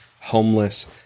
homeless